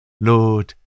Lord